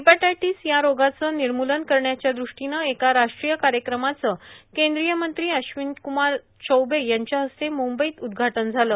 hepatitis या रोगाचं निर्मूलन करण्याचं दृष्टीनं एका राष्ट्रीय कार्यक्रमाचं केंद्रीय मंत्री अश्विनी कुमार चौबे यांच्या हस्ते मुंबईत उद्घाटन झालं